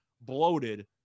bloated